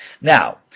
Now